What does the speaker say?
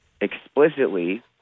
explicitly